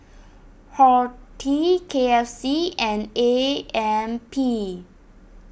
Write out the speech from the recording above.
Horti K F C and A M P